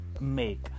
make